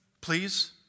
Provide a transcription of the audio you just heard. please